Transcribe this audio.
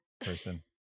person